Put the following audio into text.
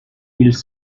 ils